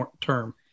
term